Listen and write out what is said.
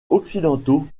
occidentaux